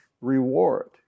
reward